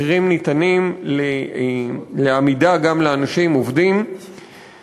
מחירים שגם אנשים עובדים יכולים לעמוד בהם.